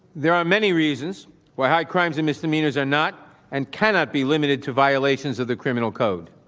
there are many reasons why high crimes and misdemeanors are not and cannot be limited to violations of the criminal code.